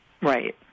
Right